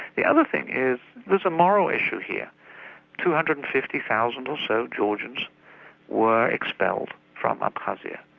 the other thing is there's a moral issue here two hundred and fifty thousand or so georgians were expelled from abkhazia.